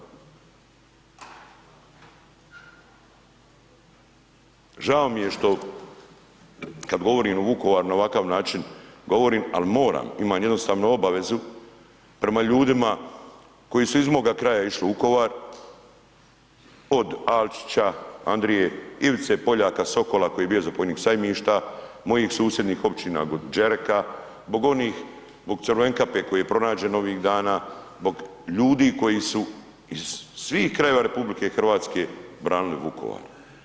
Žao mi je što kad govorim o Vukovaru na ovakav način govorim, ali moram imam jednostavno obavezu prema ljudima koji su iz mog kraja išli u Vukovar od Alčića Andrije, Ivice Poljaka Sokola koji je bio zapovjednik Sajmišta, mojih susjednih općina Đereka, zbog onih, zbog Crvenkape koji je pronađen ovih dana, zbog ljudi koji su iz svih krajeva RH branili Vukovar.